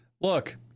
Look